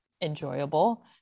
enjoyable